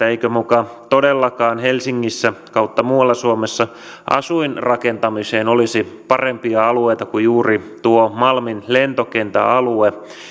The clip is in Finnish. eikö muka todellakaan helsingissä tai muualla suomessa asuinrakentamiseen olisi parempia alueita kuin juuri tuo malmin lentokentän alue